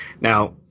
Now